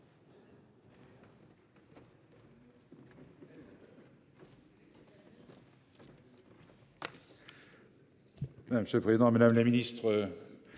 madame la ministre,